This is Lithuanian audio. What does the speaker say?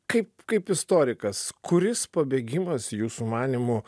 kaip kaip istorikas kuris pabėgimas jūsų manymu